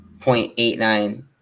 0.89